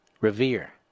Revere